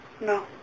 No